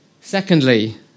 Secondly